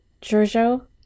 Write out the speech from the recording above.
Giorgio